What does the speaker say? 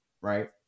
right